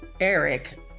Eric